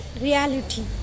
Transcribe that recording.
reality